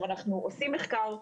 אנחנו עושים מחקר,